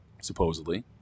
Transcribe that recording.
Supposedly